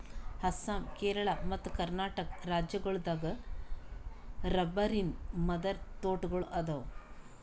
ಅಸ್ಸಾಂ ಕೇರಳ ಮತ್ತ್ ಕರ್ನಾಟಕ್ ರಾಜ್ಯಗೋಳ್ ದಾಗ್ ರಬ್ಬರಿನ್ ಮರದ್ ತೋಟಗೋಳ್ ಅವಾ